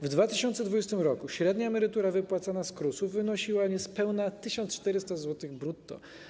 W 2020 r. średnia emerytura wypłacana z KRUS-u wynosiła niespełna 1400 zł brutto.